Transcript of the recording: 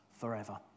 forever